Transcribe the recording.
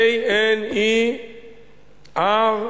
איזה מין עיר